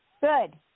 Good